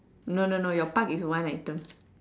no no no your pug is one item